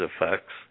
effects